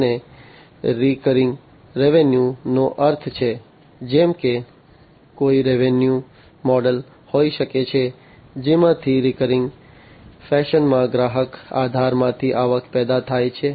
અને રિકરિંગ રેવન્યુનો અર્થ છે જેમ કે કોઈ રેવન્યુ મોડલ હોઈ શકે છે જેમાંથી રિકરિંગ ફેશનમાં ગ્રાહક આધારમાંથી આવક પેદા થાય છે